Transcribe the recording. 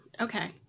Okay